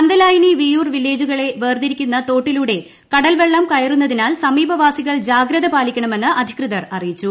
പന്തലായനി വിയൂർ വില്ലേജുകളെ വേർതിരിക്കുന്ന തോട്ടിലൂടെ കടൽവെള്ളം കയറുന്നതിനാൽ സമീപ് വാസികൾ ജാഗ്രത പാലിക്കണമെന്ന് അധികൃതർ അറിയിച്ചു